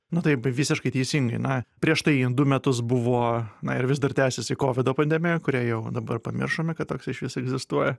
na taip visiškai teisingai na prieš tai du metus buvo na ir vis dar tęsiasi kovido pandemija kurią jau dabar pamiršome kad toks išvis egzistuoja